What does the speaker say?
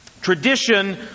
tradition